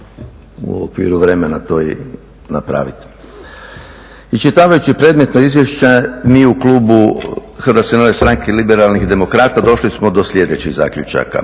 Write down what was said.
u okviru vremena to i napraviti. Iščitavajući predmetno izvješće mi u klubu HNS-a došli smo do sljedećih zaključaka.